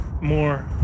more